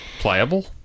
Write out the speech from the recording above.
pliable